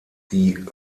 die